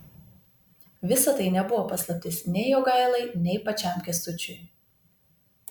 visa tai nebuvo paslaptis nei jogailai nei pačiam kęstučiui